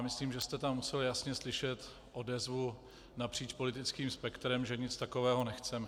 Myslím, že jste tam musel jasně slyšet odezvu napříč politickým spektrem, že nic takového nechceme.